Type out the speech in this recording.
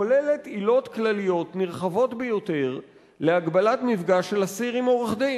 כוללת עילות כלליות נרחבות ביותר להגבלת מפגש של אסיר עם עורך-דין.